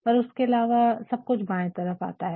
पर उसके अलावा सब कुछ बाए तरफ आता है